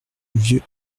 vieux